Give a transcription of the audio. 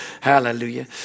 Hallelujah